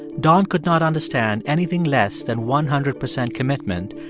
don could not understand anything less than one hundred percent commitment,